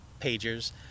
pagers